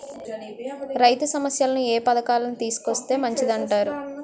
రైతు సమస్యలపై ఏ పథకాలను తీసుకొస్తే మంచిదంటారు?